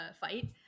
fight